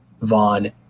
Vaughn